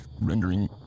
rendering